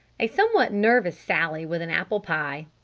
a somewhat nervous sally with an apple pie!